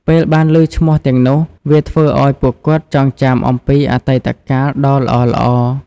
ពេលបានឮឈ្មោះទាំងនោះ វាធ្វើឲ្យពួកគាត់ចងចាំអំពីអតីតកាលដ៏ល្អៗ។